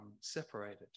separated